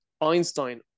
Einstein